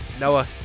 Noah